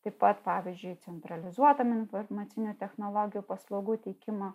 taip pat pavyzdžiui centralizuotam informacinių technologijų paslaugų teikimo